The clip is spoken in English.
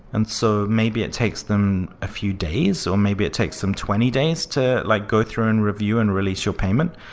and so maybe it takes them a few days or maybe it takes them twenty days to like go through and review and release your payment.